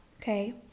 okay